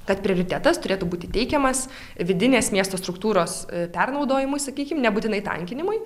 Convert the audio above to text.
kad prioritetas turėtų būti teikiamas vidinės miesto struktūros pernaudojimui sakykim nebūtinai tankinimui